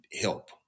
help